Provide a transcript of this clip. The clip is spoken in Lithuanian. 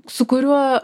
su kuriuo